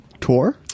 tour